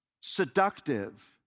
seductive